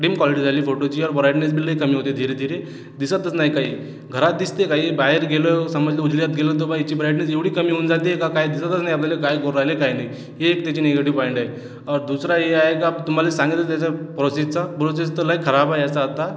dim quality झाली फोटोची अर ब्राईटनेस बी लय कमी होते धीरे धीरे दिसतच नाही काही घरात दिसते काही बाहेर गेलो समज उजेडात गेलो तर बुवा याची ब्राईटनेस एवढी कमी होऊन जाते का काय दिसतच नाही आपल्याला काय करून राहिले काय नाही हे एक त्याचे निगेटिव पॉइंट आहे दुसरा हे आहे का तुम्हाला सांगितलेलं त्याचं प्रोसेसचं प्रोसेस तर लय खराब आहे याचा आता